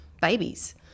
babies